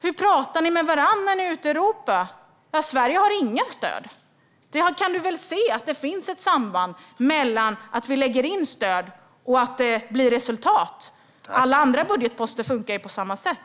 Hur talar ni med varandra när ni är ute i Europa? Sverige har inga stöd. Du kan väl se att det finns ett samband mellan att vi lägger in stöd och att det blir resultat. Alla andra budgetposter funkar ju på samma sätt.